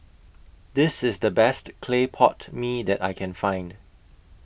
This IS The Best Clay Pot Mee that I Can Find